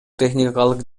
техникалык